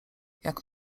jak